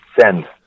send